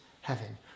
heaven